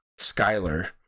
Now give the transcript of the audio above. Skyler